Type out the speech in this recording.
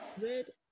red